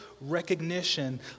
recognition